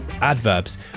adverbs